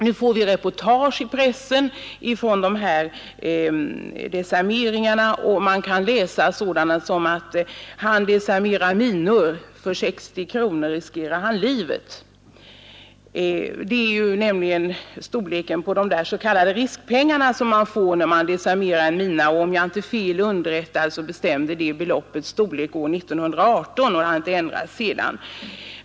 Nu får vi reportage i pressen från de här desarmeringarna, och vi kan läsa sådant som: ”Han desarmerar minor. För 60 kronor riskerar han livet.” — Det är nämligen storleken på de s.k. riskpengar som man får när man desarmerar en mina. Om jag inte är fel underrättad bestämdes det beloppets storlek år 1918 och har inte ändrats sedan dess.